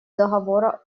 договора